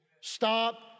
Stop